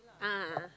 a'ah a'ah